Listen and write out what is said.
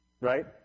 Right